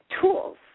tools